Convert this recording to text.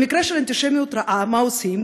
במקרה של אנטישמיות רעה, מה עושים?